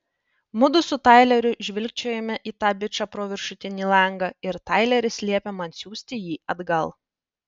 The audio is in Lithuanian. mudu su taileriu žvilgčiojame į tą bičą pro viršutinį langą ir taileris liepia man siųsti jį atgal